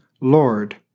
Lord